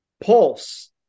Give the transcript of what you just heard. pulse